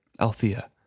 Althea